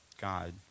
God